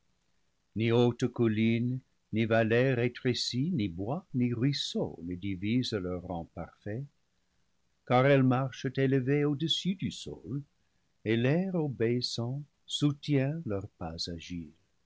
colline ni vallée rétrécie ni bois ni ruisseau ne divisent leurs rangs parfaits car elles marchent élevées au-dessus du sol et l'air obéissant soulient leur pas agile